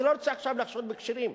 אני לא רוצה עכשיו לחשוד בכשרים.